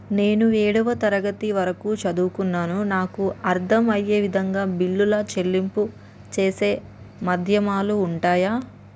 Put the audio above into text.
నేను ఏడవ తరగతి వరకు చదువుకున్నాను నాకు అర్దం అయ్యే విధంగా బిల్లుల చెల్లింపు చేసే మాధ్యమాలు ఉంటయా?